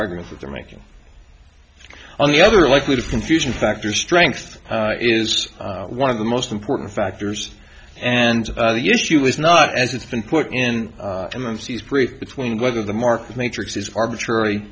argument that they're making on the other likely to confusion factor strength is one of the most important factors and the issue is not as it's been put in brief between whether the market matrix is arbitrary